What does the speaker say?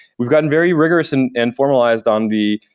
we've gotten very rigorous and and formalized on the,